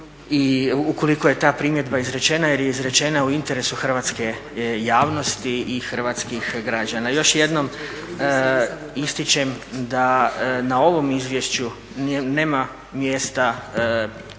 ukoliko je ta primjedba izrečena jer je izrečena u interesu hrvatske javnosti i hrvatskih građana. Još jednom ističem da na ovom izvješću nema mjesta